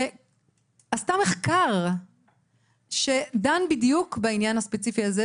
שעשתה מחקר שדן בדיוק בעניין הספציפי הזה,